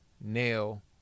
nail